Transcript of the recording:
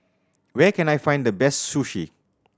where can I find the best Sushi